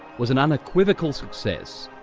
was an unequivocal success.